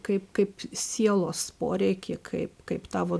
kaip kaip sielos poreikį kaip kaip tavo